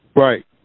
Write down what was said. Right